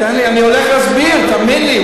אני הולך להסביר, תאמין לי.